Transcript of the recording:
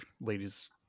ladies